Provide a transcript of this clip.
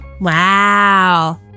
Wow